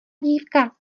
dívka